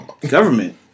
Government